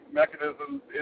mechanisms